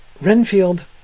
Renfield